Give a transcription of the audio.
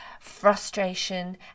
frustration